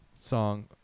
song